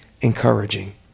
encouraging